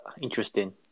interesting